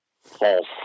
False